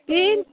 बे